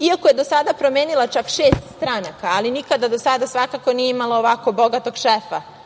iako je do sada promenila čak šest stranaka, ali nikada do sada nije imala ovako bogatog šefa,